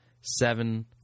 Seven